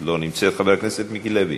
לא נמצאת, חבר הכנסת מיקי לוי,